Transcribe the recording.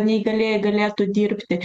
neįgalieji galėtų dirbti